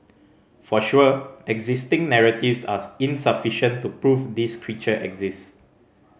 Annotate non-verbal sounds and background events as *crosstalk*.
for sure existing narratives are *unintelligible* insufficient to prove this creature exist